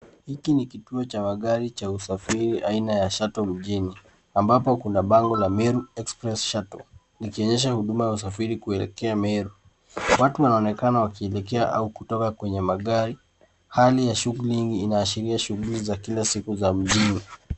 Hiki ni kituo cha magari cha usafiri aina ya Shuttle mjini, ambapo kuna bango la Meru express shuttle, likionyesha huduma ya usafiri kuelekea meru. Watu wanaonekana wakielekea au kutoka kwenye magari. Hali ya shughuli nyingi inaashiria shughuli za kila siku za mjini.